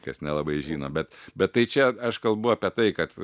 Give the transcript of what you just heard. kas nelabai žino bet bet tai čia aš kalbu apie tai kad